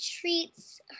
treats